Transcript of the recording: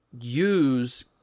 use